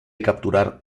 capturar